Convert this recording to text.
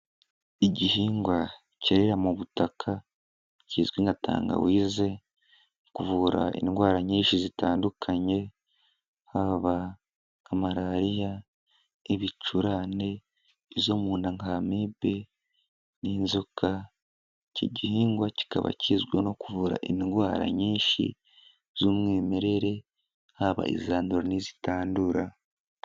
Igihingwa cyera mu butaka kizwi na tangawize, kuvura indwara nyinshi zitandukanye, haba nka malariya, nk'ibicurane, izo mu nda nk'amibe n'inzoka, icyo gihingwa kikaba kizwiho no kuvura indwara nyinshi z'umwimerere, haba izandura n'izitandura.